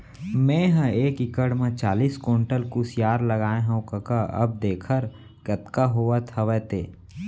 मेंहा एक एकड़ म चालीस कोंटल कुसियार लगाए हवव कका अब देखर कतका होवत हवय ते